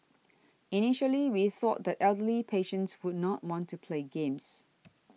initially we thought that elderly patients would not want to play games